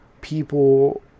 people